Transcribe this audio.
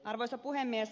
arvoisa puhemies